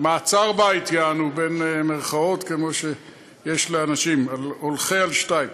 "מעצר בית", כמו שיש לאנשים, הולכי על שתיים.